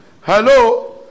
Hello